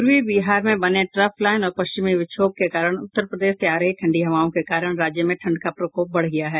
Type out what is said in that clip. पूर्वी बिहार में बने ट्रफ लाइन और पश्चिमी विक्षोभ के कारण उत्तर प्रदेश से आ रही ठंडी हवाओं के कारण राज्य में ठंड का प्रकोप बढ़ गया है